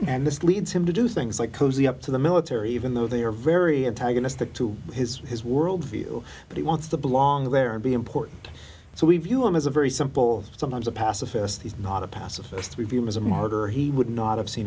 and this leads him to do things like cozy up to the military even though they are very antagonistic to his his world view but he wants the belong there and be important so we view him as a very simple sometimes a pacifist he's not a pacifist we view him as a martyr he would not